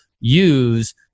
use